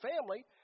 family